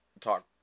talk